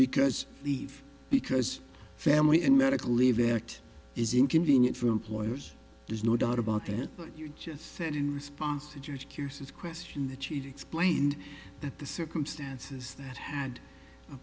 because leave because family and medical leave act is inconvenient for employers there's no doubt about it but you just said in response to your cures of question the cheat explained that the circumstances that had